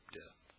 death